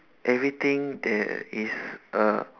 everything there is a